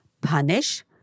punish